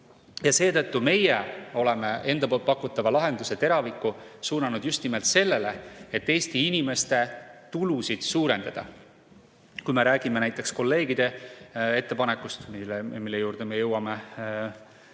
Seetõttu oleme meie enda pakutava lahenduse teraviku suunanud just nimelt sellele, et Eesti inimeste tulusid suurendada. Kui me räägime näiteks kolleegide ettepanekust, mille juurde me jõuame